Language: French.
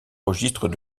registre